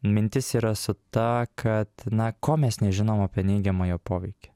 mintis yra su ta kad na ko mes nežinom apie neigiamą jo poveikį